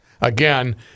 Again